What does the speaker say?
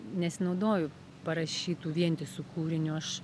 nesinaudoju parašytu vientisu kūriniu aš